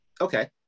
okay